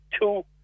two